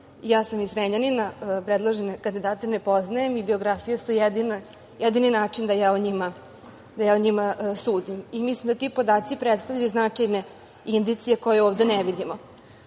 Ja sam iz Zrenjanina, predložene kandidate ne poznajem i biografija je jedini način da ja o njima sudim. Mislim da ti podaci predstavljaju značajne indicije koje ovde ne vidimo. Ono